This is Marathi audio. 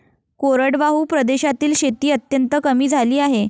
कोरडवाहू प्रदेशातील शेती अत्यंत कमी झाली आहे